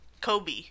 Kobe